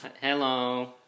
Hello